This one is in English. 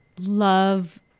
love